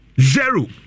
zero